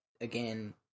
again